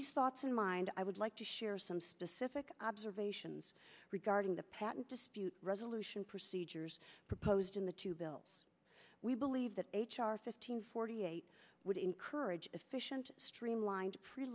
these thoughts in mind i would like to share some specific observations regarding the patent dispute resolution procedures proposed in the two bills we believe that h r fifteen forty eight would encourage efficient streamlined pre